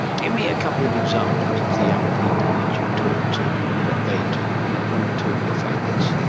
give me a couple of examples of the young people that you talk to and and what they do, you know one or two of your favourites.